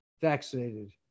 vaccinated